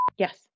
Yes